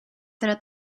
tra